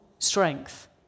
strength